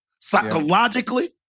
psychologically